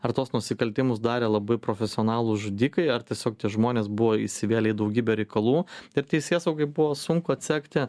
ar tuos nusikaltimus darė labai profesionalūs žudikai ar tiesiog tie žmonės buvo įsivėlę į daugybę reikalų taip teisėsaugai buvo sunku atsekti